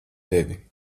tevi